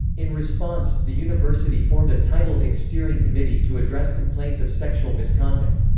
in response, the university formed a title ix steering committee to address complaints of sexual misconduct.